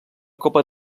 copa